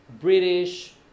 British